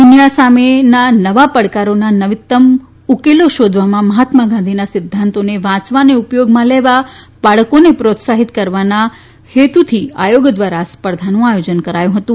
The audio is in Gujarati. દુનિયા સમેના નવા પડકારોના નવિનત્તમ ઉકેલો શોધવામાં મહાત્મા ગાંધીના સિધ્ધાંતોને વાંચવા અને ઉપયોગમાં લેવા બાળકોને પ્રોત્સાહિત કરવાના હેતુ આયોગ દ્વારા આ સ્પર્ધાનું આયોજન કરાયું હતું